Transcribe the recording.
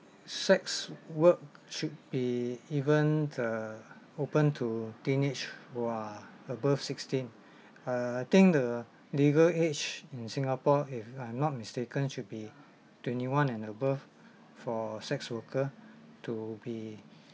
sex work should be even uh open to teenage who are above sixteen I think the legal age in singapore if I'm not mistaken should be twenty one and above for sex worker to be